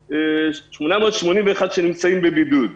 ו-881 שנמצאים בבידוד.